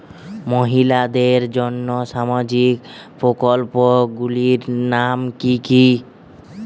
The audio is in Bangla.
মহিলাদের জন্য সামাজিক প্রকল্প গুলির নাম কি কি?